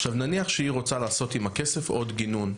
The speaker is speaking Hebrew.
עכשיו, נניח שהיא רוצה לעשות עם הכסף עוד גינון,